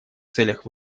целях